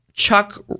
chuck